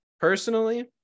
Personally